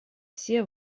все